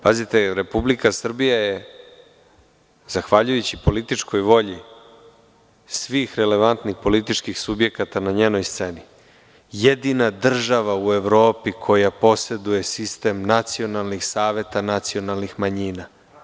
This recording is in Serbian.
Pazite, Republika Srbija je, zahvaljujući političkoj volji svih relevantnih političkih subjekata na njenoj sceni jedina država u Evropi koja poseduje sistem nacionalnih saveta nacionalnih manjina.